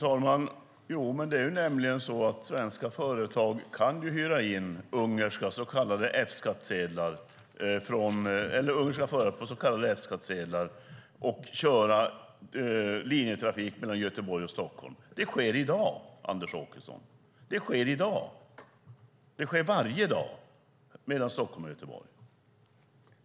Fru talman! Svenska företag kan hyra in ungerska förare med så kallade F-skattsedlar för att köra linjetrafik mellan Göteborg och Stockholm. Det sker i dag, Anders Åkesson, det sker varje dag.